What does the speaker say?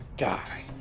Die